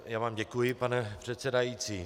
Já vám děkuji, pane předsedající.